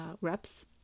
reps